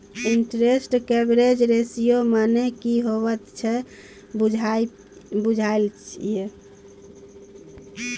Interest coverage ratio मने की होइत छै से बुझल यै?